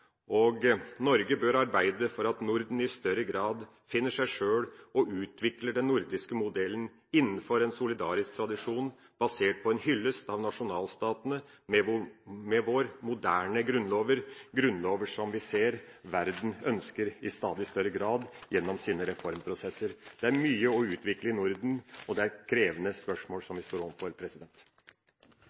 og Norge bør arbeide for at Norden i større grad finner seg sjøl og utvikler den nordiske modellen innenfor en solidarisk tradisjon basert på en hyllest av nasjonalstatene, med våre moderne grunnlover – grunnlover som vi ser verden i stadig større grad ønsker gjennom sine reformprosesser. Det er mye å utvikle i Norden, og det er krevende spørsmål vi står